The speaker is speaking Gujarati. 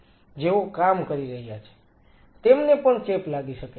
જેઓ કામ કરી રહ્યા છે તેમને પણ ચેપ લાગી શકે છે